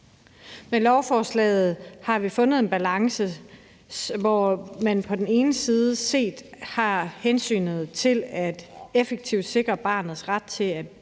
Med lovforslaget har vi fundet en balance, hvor man på den ene side set har hensynet til effektivt at sikre barnets ret til begge